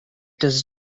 does